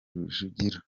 rujugira